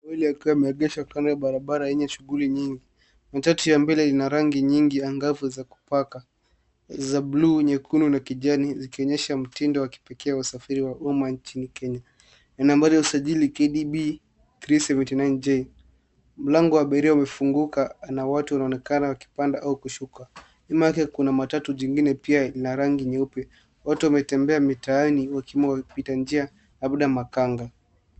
Mawili yakiwa yameegeshwa kando ya barabara yenye shughuli nyingi. Matatu ya mbele ina rangi nyingi ya angavu za kupaka, za buluu, nyekundu na kijani zikionyesha mtindo wa kipekee wa usafiri wa umma nchini Kenya. Yana nambari ya usajili KDB 379J. Mlango wa abiria umefunguka na watu wanaonekana wakipanda au kushuka. Nyuma yake kuna matatu jingine pia ina rangi nyeupe. Watu wametembea mitaani wakiwemo wapita njia labda makanga.